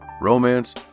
romance